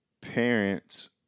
Parents